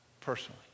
personally